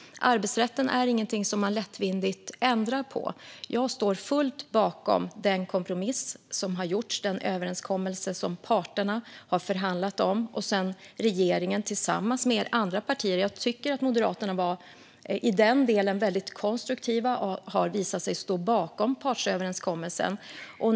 Arbetsrätten är inte någonting som man lättvindigt ändrar på. Jag står fullt ut bakom den kompromiss som har gjorts och den överenskommelse som parterna har förhandlat om, och jag tycker att Moderaterna i den delen var väldigt konstruktiva och har visat sig stå bakom partsöverenskommelsen.